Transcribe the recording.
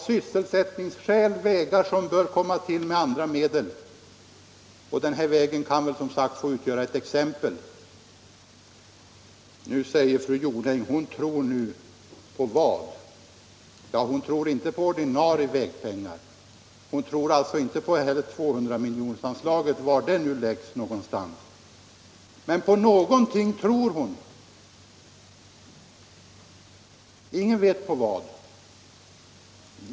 Den nämnda vägen kan få utgöra ett exempel på det. Vad tror fru Jonäng på egentligen? Hon tror inte på de ordinarie vägpengarna. Hon tror alltså inte på anslaget 200 miljoner — var det nu läggs någonstans. Ingen vet vad hon tror på.